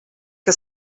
que